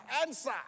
answer